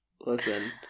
Listen